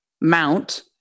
mount